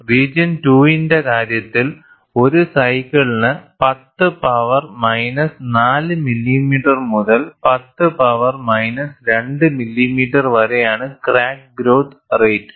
region 2 ന്റെ കാര്യത്തിൽ ഒരു സൈക്കിളിന് 10 പവർ മൈനസ് 4 മില്ലിമീറ്റർ മുതൽ 10 പവർ മൈനസ് 2 മില്ലിമീറ്റർ വരെയാണ് ക്രാക്ക് ഗ്രോത്ത് റേറ്റ്